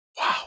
Wow